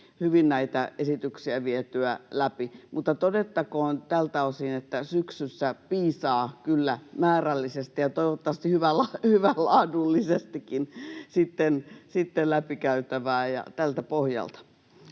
hyvin näitä esityksiä vietyä läpi. Mutta todettakoon tältä osin, että syksyssä piisaa kyllä määrällisesti paljon ja toivottavasti sitten laadullisestikin hyvää läpikäytävää. — Tältä pohjalta.